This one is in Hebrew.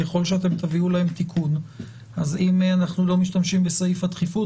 ככל שאתם תביאו להם תיקון אז אם אנחנו לא משתמשים בסעיף הדחיפות,